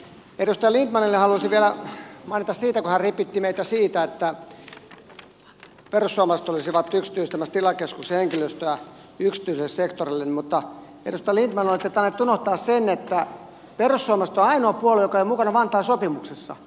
edustaja lindtmanille haluaisin vielä mainita siitä kun hän ripitti meitä siitä että perussuomalaiset olisivat yksityistämässä tilakeskuksen henkilöstöä yksityiselle sektorille mutta edustaja lindtman olette tainnut unohtaa sen että perussuomalaiset on ainoa puolue joka ei ole mukana vantaan sopimuksessa